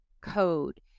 code